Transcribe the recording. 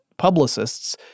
publicists